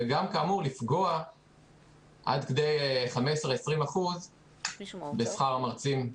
וגם כאמור, לפגוע עד כדי 15%-20% בשכר המרצים,